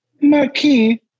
Marquis